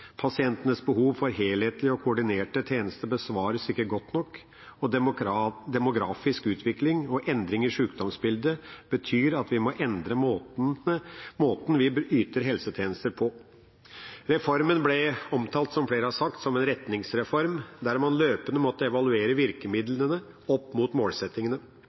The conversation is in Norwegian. Pasientenes behov for helhetlige og koordinerte tjenester besvares ikke godt nok. Demografisk utvikling og endring i sjukdomsbildet betyr at vi må endre måten vi yter helsetjenester på. Reformen ble omtalt, som flere har sagt, som en retningsreform der man løpende måtte evaluere virkemidlene opp mot målsettingene.